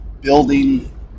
building